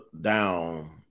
down